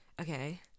Okay